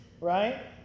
right